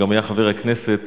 שהיה גם חבר הכנסת.